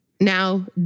now